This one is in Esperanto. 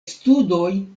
studoj